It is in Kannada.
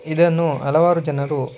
ಇದನ್ನು ಹಲವಾರು ಜನರು